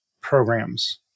programs